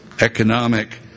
economic